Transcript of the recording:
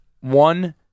One